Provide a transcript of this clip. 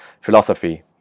philosophy